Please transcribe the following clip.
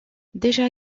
déjà